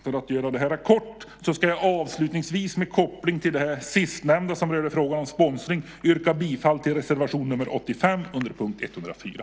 För att göra mitt anförande kort ska jag avslutningsvis med koppling till det sistnämna, som rörde frågan om sponsring, yrka bifall till reservation nr 85 under punkt 104.